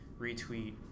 retweet